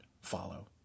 follow